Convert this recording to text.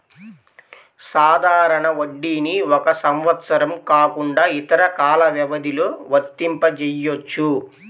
సాధారణ వడ్డీని ఒక సంవత్సరం కాకుండా ఇతర కాల వ్యవధిలో వర్తింపజెయ్యొచ్చు